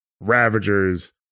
Ravagers